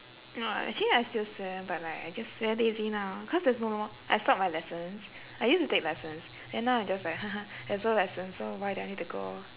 oh actually I still swim but like I just very lazy now because there's no more I stopped my lessons I used to take lessons then now it's just like ha ha there's no lessons so why do I need to go